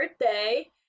birthday